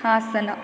Hassan